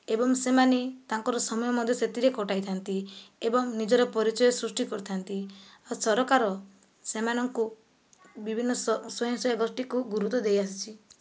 ଏବଂ ସେମାନେ ତାଙ୍କର ସମୟ ମଧ୍ୟ ସେଥିରେ କଟାଇଥାନ୍ତି ଏବଂ ନିଜର ପରିଚୟ ସୃଷ୍ଟି କରିଥାନ୍ତି ଆଉ ସରକାର ସେମାନଙ୍କୁ ବିଭିନ୍ନ ସ୍ଵୟଂସହାୟକ ଗୋଷ୍ଠିକୁ ଗୁରୁତ୍ଵ ଦେଇଆସିଛି